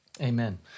Amen